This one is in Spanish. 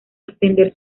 extender